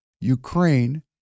Ukraine